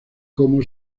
cómo